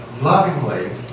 lovingly